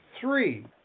three